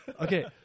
Okay